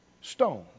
stone